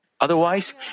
Otherwise